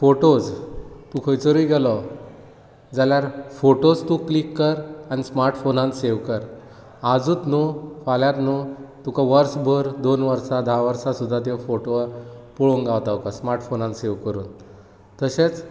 photos तूं खंयसरूय गेलो जाल्यार फोटोज तूं क्लिक कर आनी स्मार्टफोनांत सेव कर आजूच न्ही फाल्यां न्ही तुका वर्सभर दोन वर्सां धा वर्सां सुद्दां त्या फोटवाक पळोवंक गावता स्मार्टफोनान सेव करून तशेंच